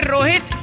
Rohit